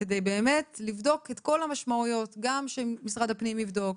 כדי לבדוק את כל המשמעויות: שגם משרד הפנים יבדוק,